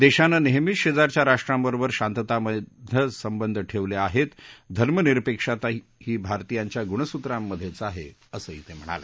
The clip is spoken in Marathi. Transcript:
देशानं नेहमीच शेजारच्या राष्ट्रांबरोबर शांततामय संबंध ठेवले आहेत धर्मनिरपेक्षता ही भारतीयाच्या गुणसूत्रांमधेच आहे असंही ते म्हणाले